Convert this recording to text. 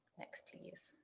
next please